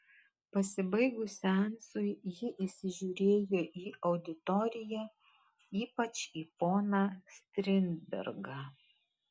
pasibaigus seansui ji įsižiūrėjo į auditoriją ypač į poną strindbergą